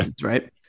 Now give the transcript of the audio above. right